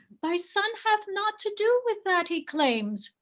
thy son hath naught to do with that he claims.